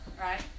right